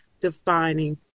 defining